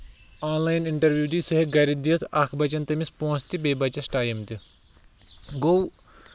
آن line interview دی سُہ ہیٚکہِ گرِ دِتھ اکھ بَچن تٔمِس پونسہٕ تہِ بیٚیہِ بَچیس ٹایم تہِ گوٚو